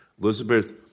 Elizabeth